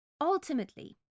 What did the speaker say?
ultimately